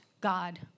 God